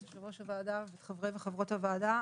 יושב ראש הוועדה וחברי וחברות הוועדה,